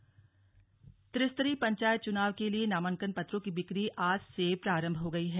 पंचायत चुनाव त्रिस्तरीय पंचायत चुनाव के लिए नामांकन पत्रों की बिक्री आज से प्रारम्भ हो गयी है